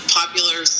popular